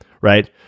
right